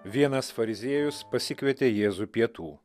vienas fariziejus pasikvietė jėzų pietų